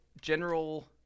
General